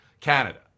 Canada